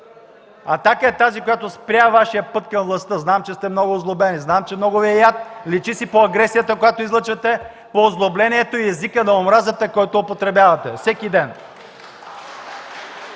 „Атака” е тази, която спря Вашия път към властта. Знам, че сте много озлобени, знам, че много Ви е яд. Личи си по агресията, която излъчвате, по озлоблението и езика на омразата, който употребявате всеки ден.